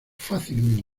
fácilmente